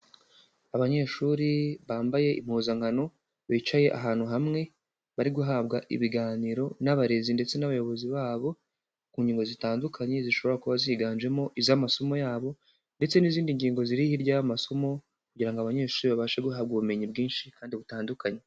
Abanyeshuri bambaye impuzankano, bicaye ahantu hamwe, bari guhabwa ibiganiro n'abarezi ndetse n'abayobozi babo, ku ngingo zitandukanye zishobora kuba ziganjemo iz'amasomo yabo, ndetse n'izindi ngingo ziri hirya y'amasomo, kugira ngo abanyeshuri babashe guhabwa ubumenyi bwinshi kandi butandukanye.